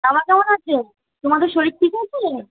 বাবা কেমন আছে তোমাদের শরীর ঠিক আছে